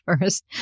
first